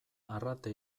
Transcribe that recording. arrate